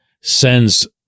sends